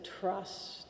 trust